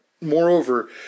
moreover